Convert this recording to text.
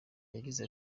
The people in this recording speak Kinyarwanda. yagize